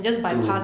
to